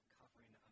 covering